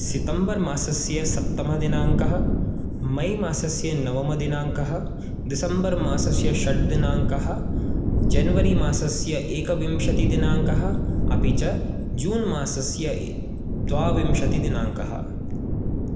सितम्बर् मासस्य सप्तमदिनाङ्कः मे मासस्य नवमदिनाङ्कः दिसम्बर् मासस्य षट् दिनाङ्कः जेन्वरि मासस्य एकविंशतिदिनाङ्कः अपि च जून् मासस्य द्वाविंशतिदिनाङ्कः